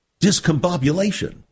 discombobulation